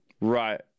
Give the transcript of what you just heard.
right